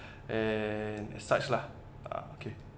and as such lah ah okay